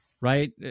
right